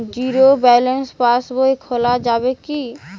Zero balance pass বই খোলা যাবে কি?